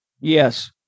Yes